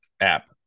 app